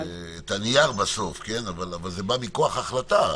הנייר בסוף, אבל זה בא מכוח החלטה.